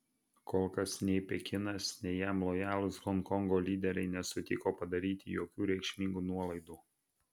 kol kas nei pekinas nei jam lojalūs honkongo lyderiai nesutiko padaryti jokių reikšmingų nuolaidų